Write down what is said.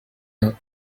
out